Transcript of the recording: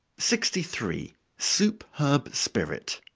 sixty three. soup herb spirit.